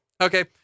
Okay